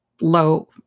low